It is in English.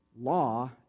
law